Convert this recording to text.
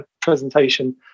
presentation